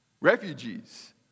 Refugees